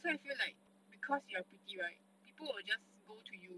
so I feel like because you are pretty right people will just go to you